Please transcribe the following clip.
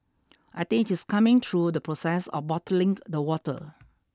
I think it's coming through the process of bottling the water